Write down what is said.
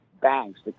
banks